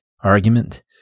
argument